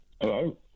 Hello